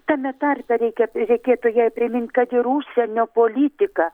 tame tarpe reikia reikėtų jai primint kad ir užsienio politika